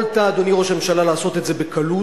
יכולת, אדוני ראש הממשלה, לעשות את זה בקלות.